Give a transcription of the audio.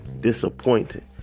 disappointed